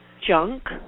junk